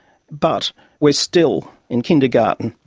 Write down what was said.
but we're still in kindergarten.